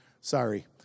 Sorry